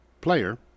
player